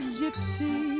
gypsy